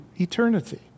eternity